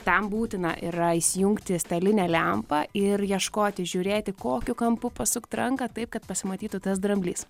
tam būtina yra įsijungti stalinę lempą ir ieškoti žiūrėti kokiu kampu pasukt ranką taip kad pasimatytų tas dramblys